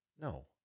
No